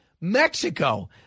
Mexico